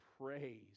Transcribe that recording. praise